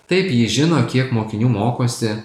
taip ji žino kiek mokinių mokosi